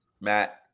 Matt